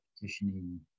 petitioning